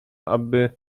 aby